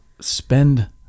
spend